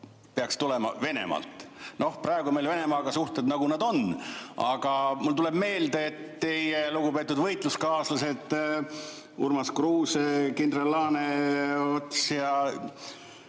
peaks tulema Venemaalt. Noh, praegu on meil Venemaaga suhted sellised, nagu nad on, aga mulle tuleb meelde, et teie lugupeetud võitluskaaslased Urmas Kruuse, kindral Laaneots ja